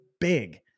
big